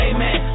Amen